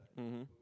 mmhmm